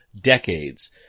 decades